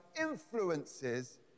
influences